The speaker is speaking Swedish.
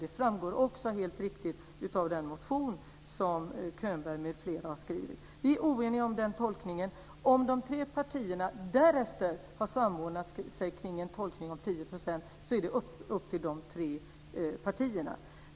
Det framgår också helt riktigt av den motion som Könberg m.fl. har skrivit.